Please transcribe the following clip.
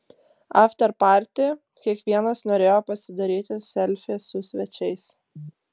afteparty kiekvienas norėjo pasidaryti selfį su svečiais